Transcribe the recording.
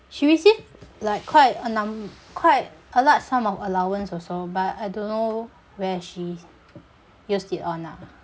she receive like quite a numb~ quite a large sum of allowance also but I don't know where she used it on ah